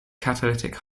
catalytic